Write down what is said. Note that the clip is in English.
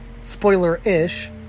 spoiler-ish